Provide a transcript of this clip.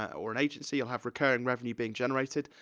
or an agency, you'll have recurring revenue being generated.